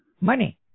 money